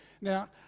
now